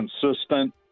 consistent